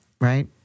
Right